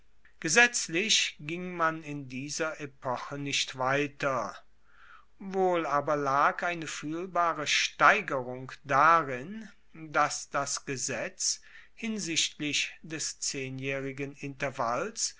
gesetzlich ging man in dieser epoche nicht weiter wohl aber lag eine fuehlbare steigerung darin dass das gesetz hinsichtlich des zehnjaehrigen intervalls